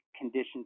conditions